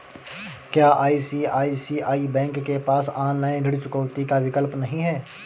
क्या ICICI bank के पास ऑनलाइन ऋण चुकौती का विकल्प नहीं है?